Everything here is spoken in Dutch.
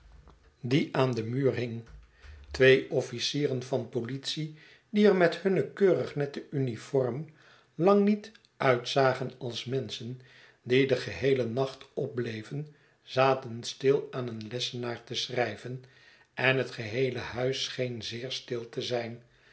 die aan den muur hing twee officieren van politie die er met hunne keurig nette uniform lang niet uitzagen als menschen die den geheelen nacht opbleven zaten stil aan een lessenaar te schrijven en het geheele huis scheen zeer stil te zijn